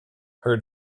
her